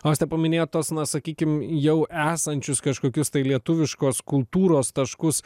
auste paminėjot tuos na sakykim jau esančius kažkokius tai lietuviškos kultūros taškus